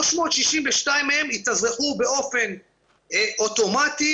362 מהם התאזרחו באופן אוטומטי,